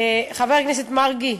חבר הכנסת מרגי,